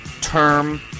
term